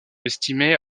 estimée